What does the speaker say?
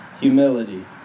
humility